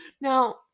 Now